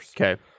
Okay